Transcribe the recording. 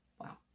Wow